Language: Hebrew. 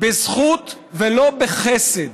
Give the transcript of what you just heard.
בזכות ולא בחסד.